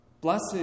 Blessed